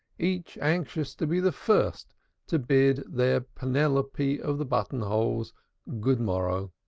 each anxious to be the first to bid their penelope of the buttonholes good morrow.